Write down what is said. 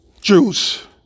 juice